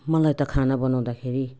मलाई त खाना बनाउँदाखेरि